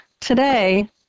Today